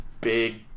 big